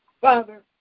Father